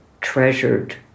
treasured